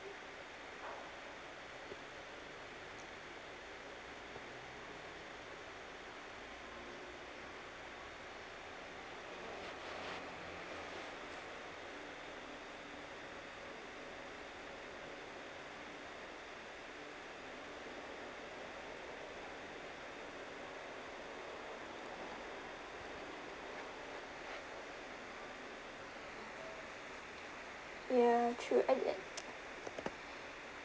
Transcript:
ya true and then